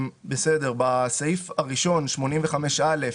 בסעיף הראשון 85א,